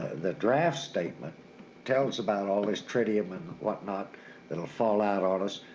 the draft statement tells about all this tritium and what not that'll fall out on us.